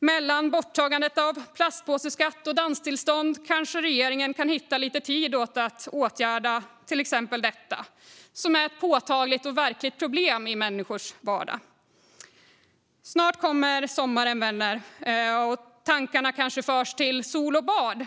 Mellan borttagandena av plastpåseskatt och danstillstånd kanske regeringen kan hitta lite tid att åtgärda till exempel detta, som är ett påtagligt och verkligt problem i människors vardag. Snart kommer sommaren, vänner, och tankarna kanske förs till sol och bad.